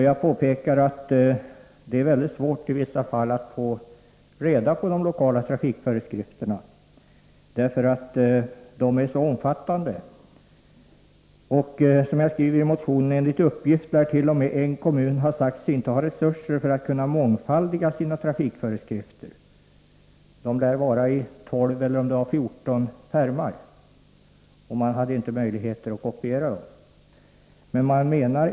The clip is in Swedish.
Jag påpekar att det i vissa fall är mycket svårt att få reda på de lokala trafikföreskrifterna, eftersom de är så omfattande. Som jag skriver i min motion har enligt uppgifterna en kommun sagts inte ens ha resurser för att mångfaldiga sina trafikföreskrifter. De lär vara i 12, eller om det var 14, pärmar, och man har inte heller möjligheter att kopiera dem.